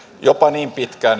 jopa niin pitkään